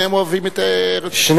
שניהם אוהבים את ארץ-ישראל.